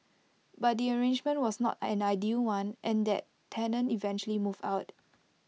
but the arrangement was not an ideal one and that tenant eventually moved out